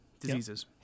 diseases